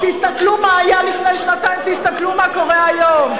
תסתכלו מה היה לפני שנתיים, תסתכלו מה קורה היום.